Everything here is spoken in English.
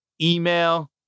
Email